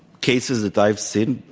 cases that i've seen,